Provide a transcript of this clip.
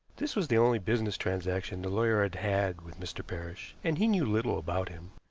this was the only business transaction the lawyer had had with mr. parrish, and he knew little about him.